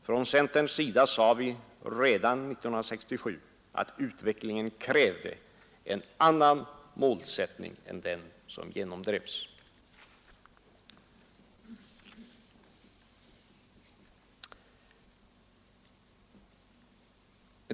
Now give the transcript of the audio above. Från centerns sida sade vi redan 1967 att utvecklingen krävde en annan målsättning än den som genomdrevs.